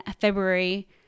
February